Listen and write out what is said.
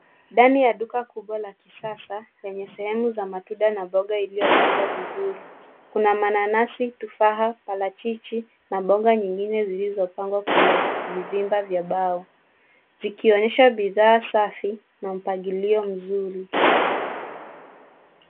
Ndani ya duka kubwa la kisasa lenye sehemu za matunda na mboga iliyo pangwa vizuri kuna mananasi, tufaha , parachichi na mboga nyingine zilizo pangwa kwenye vizimba vya mbao zikionyesha bidhaa safi na mpangilio mzuri.